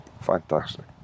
fantastic